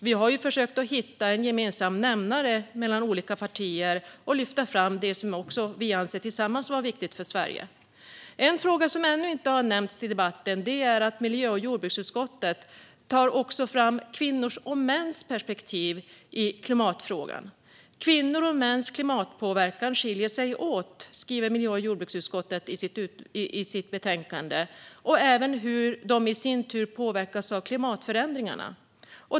Vi har försökt hitta en gemensam nämnare för olika partier och lyfta fram det som vi tillsammans anser vara viktigt för Sverige. En fråga som ännu inte nämnts i debatten men som miljö och jordbruksutskottet lyfter fram är kvinnors och mäns perspektiv i klimatfrågan. Kvinnors och mäns klimatpåverkan skiljer sig åt, skriver miljö och jordbruksutskottet i sitt utlåtande, och det gör även hur de i sin tur påverkas av klimatförändringarna.